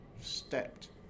stepped